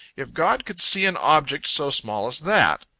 if god could see an object so small as that.